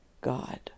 God